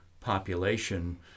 population